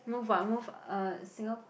move ah move uh Singa~